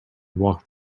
walked